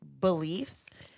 beliefs